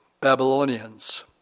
Babylonians